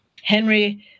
Henry